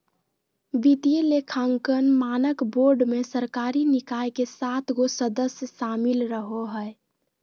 वित्तीय लेखांकन मानक बोर्ड मे सरकारी निकाय के सात गो सदस्य शामिल रहो हय